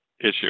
issue